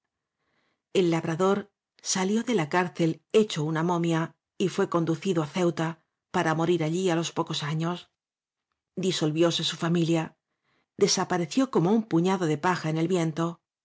el labrador salió de la cárcel hecho una momia y fué conducido á ceuta para morir allí á los pocos años disolvióse su familia desapareció como un puñado de paja en el viento